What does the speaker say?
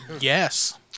Yes